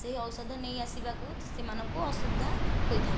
ସେହି ଔଷଧ ନେଇ ଆସିବାକୁ ସେମାନଙ୍କୁ ଅସୁବିଧା ହୋଇଥାଏ